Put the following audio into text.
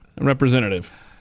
representative